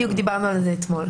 בדיוק דיברנו על זה אתמול.